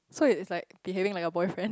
so is like behaving like a boyfriend